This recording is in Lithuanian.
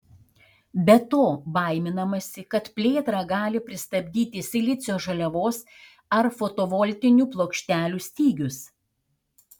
be to baiminamasi kad plėtrą gali pristabdyti silicio žaliavos ar fotovoltinių plokštelių stygius